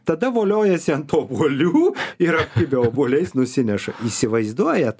tada voliojasi ant obuolių ir obuoliais nusineša įsivaizduojat